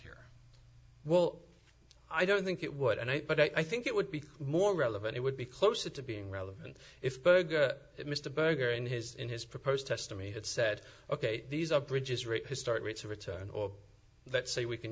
here well i don't think it would and i think it would be more relevant it would be closer to being relevant if mr berger in his in his proposed testimony had said ok these are bridges rate to start rates of return or let's say we can